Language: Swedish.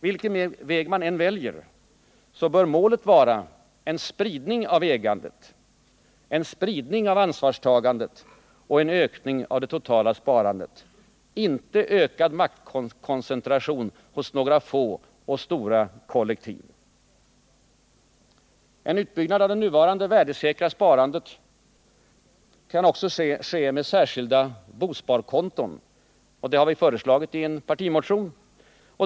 Vilken väg man än väljer, bör målet vara en spridning av ägandet, en spridning av ansvarstagandet och en ökning av det totala sparandet, inte ökad koncentration av makten hos några få och stora kollektiv. En utbyggnad av det nuvarande värdesäkra sparandet kan också ske med särskilda bosparkonton, som vi har föreslagit i en partimotion.